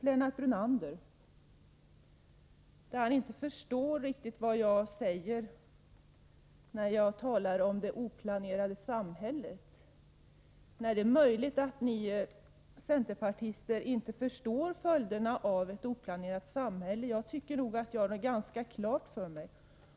Lennart Brunander förstår inte riktigt det som jag sade om det oplanerade samhället. Nej, det är möjligt att ni centerpartister inte förstår följderna av ett oplanerat samhälle. Jag tycker nog att jag har framställt det ganska klart.